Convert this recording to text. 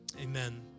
Amen